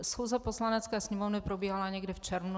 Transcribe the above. Schůze Poslanecké sněmovny probíhala někdy v červnu.